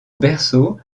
berceau